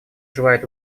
желает